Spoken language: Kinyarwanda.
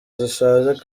zishaje